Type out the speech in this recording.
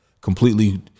completely